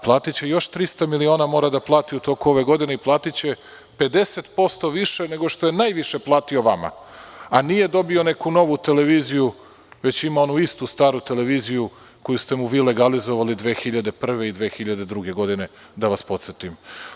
Platiće još 300 miliona, to mora da plati u toku ove godine, i platiće 50% više nego što je najviše platio vama, a nije dobio neku novu televiziju, već ima onu istu staru televiziju koju ste mu vi legalizovali 2001. i 2002. godine, da vas podsetim.